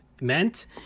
meant